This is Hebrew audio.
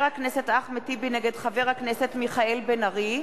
הכנסת אחמד טיבי נגד חבר הכנסת מיכאל בן-ארי,